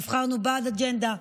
נבחרנו בעד אג'נדה.